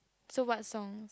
so what song